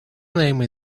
name